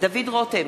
דוד רותם,